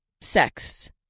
sex